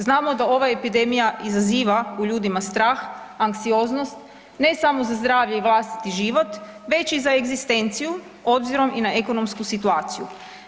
Znamo da ova epidemija izaziva u ljudima strah, anksioznost ne samo za zdravlje i vlastiti život već i za egzistenciju obzirom i na ekonomsku situaciju.